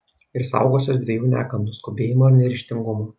ir saugosiuos dviejų negandų skubėjimo ir neryžtingumo